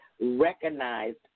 recognized